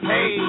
Hey